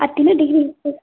ᱟᱨ ᱛᱤᱱᱟᱹᱜ ᱰᱤᱜᱨᱤ